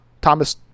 Thomas